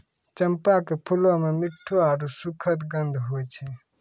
चंपा के फूलो मे मिठ्ठो आरु सुखद गंध होय छै